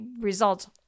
results